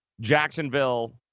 Jacksonville